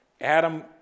Adam